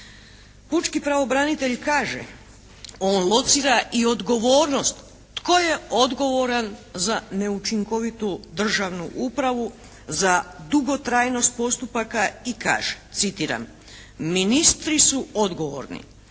Pučki pravobranitelj kaže, on locira i odgovornost. Tko je odgovoran za neučinkovitu državnu upravu, za dugotrajnost postupaka i kaže, citiram: «Ministri su odgovorni